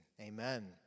amen